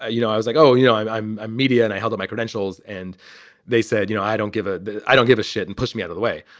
ah you know, i was like, oh, you know, i'm i'm a media. and i held up my credentials and they said, you know, i don't give a i don't give a shit and push me out of the way.